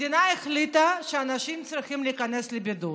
מצד אחד המדינה החליטה שאנשים צריכים להיכנס לבידוד.